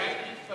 אני מסניף בתים,